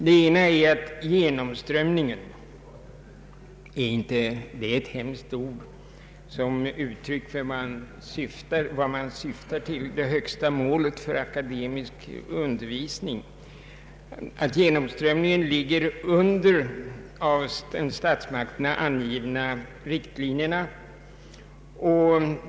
Den ena uppgiften är att genomströmningen — det är ett hemskt ord som uttryck för det högsta målet för akademisk undervisning — ligger under de av statsmakterna angivna riktlinjerna.